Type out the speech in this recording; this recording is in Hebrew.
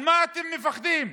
על מה אתם מפחדים?